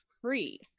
free